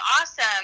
awesome